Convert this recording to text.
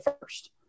first